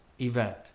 event